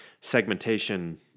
segmentation